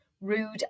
rude